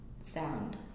sound